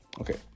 okay